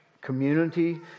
community